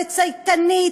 לצייתנית,